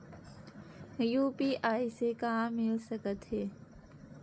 UPI से का मिल सकत हे?